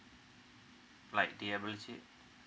like the